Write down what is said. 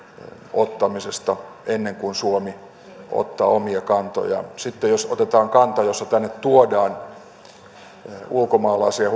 ottamisesta ennen kuin suomi ottaa omia kantojaan sitten jos otetaan kanta jossa tänne tuodaan ulkomaalaisia